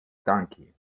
donkey